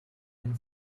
and